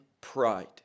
pride